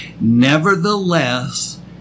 Nevertheless